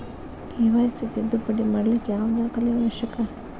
KYC ತಿದ್ದುಪಡಿ ಮಾಡ್ಲಿಕ್ಕೆ ಯಾವ ದಾಖಲೆ ಅವಶ್ಯಕ?